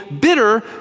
bitter